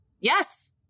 Yes